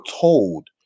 told